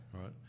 right